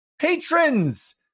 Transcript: patrons